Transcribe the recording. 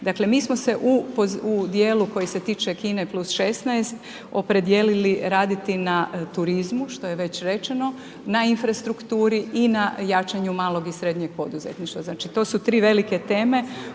Dakle, mi smo se u dijelu koji se tiče Kine plus 16 opredijelili raditi na turizmu, što je već rečeno, na infrastrukturi i na jačanju malog i srednjeg poduzetništva. Znači, to su tri velike teme